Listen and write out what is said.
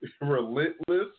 Relentless